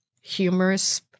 humorous